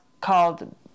called